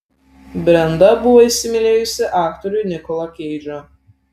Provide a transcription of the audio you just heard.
brenda buvo įsimylėjusi aktorių nikolą keidžą